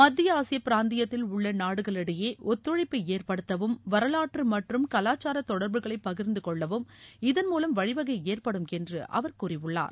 மத்திய ஆசிய பிராந்தியத்தில் உள்ள நாடுகளிடையே ஒத்துழைப்பை ஏற்படுத்தவும் வரலாற்று மற்றும் கலாச்சார தொடர்புகளை பகிர்ந்து கொள்ளவும் இதன் மூலம் வழிவகை ஏற்படும் என்று அவர் கூறியுள்ளார்